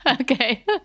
Okay